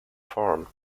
form